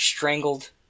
strangled